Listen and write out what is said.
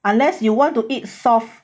unless you want to eat soft